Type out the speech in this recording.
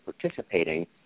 participating